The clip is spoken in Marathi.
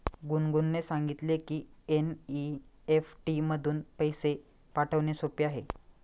गुनगुनने सांगितले की एन.ई.एफ.टी मधून पैसे पाठवणे सोपे आहे